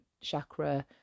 chakra